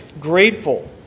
grateful